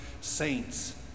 saints